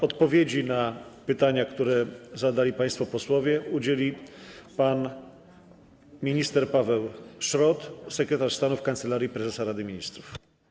Odpowiedzi na pytania, które zadali państwo posłowie, udzieli pan minister Paweł Szrot, sekretarz stanu w Kancelarii Prezesa Rady Ministrów.